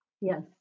Yes